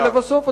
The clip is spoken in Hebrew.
ולבסוף,